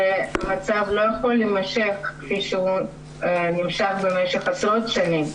והמצב לא יכול להמשך כפי שהוא נמשך במשך עשרות שנים.